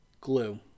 Glue